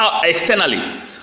externally